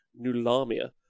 Nulamia